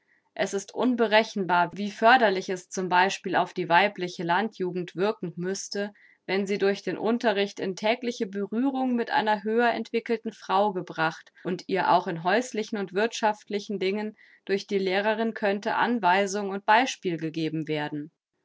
es ist unberechenbar wie förderlich es z b auf die weibliche landjugend wirken müßte wenn sie durch den unterricht in tägliche berührung mit einer höher entwickelten frau gebracht und ihr auch in häuslichen und wirthschaftlichen dingen durch die lehrerin könnte anweisung und beispiel gegeben werden